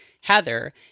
Heather